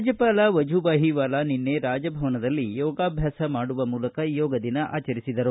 ರಾಜ್ಯಪಾಲ ವಜೂಭಾಯಿ ವಾಲಾ ನಿನ್ನೆ ರಾಜಭವನದಲ್ಲಿ ಯೋಗಾಭ್ಯಾಸ ಮಾಡುವ ಮೂಲಕ ಯೋಗದಿನ ಆಚರಿಸಿದರು